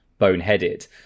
boneheaded